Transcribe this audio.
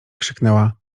krzyknęła